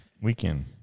weekend